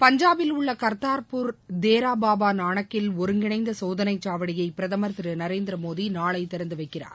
பஞ்சாபில் உள்ளகர்தார்பூர் தேராபாபாநானக்கில் ஒருங்கிணைந்தசோதனைச் சாவடியைபிரதமர் திருநரேந்திரமோடிநாளைதிறந்துவைக்கிறார்